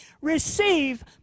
Receive